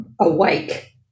awake